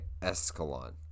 Escalon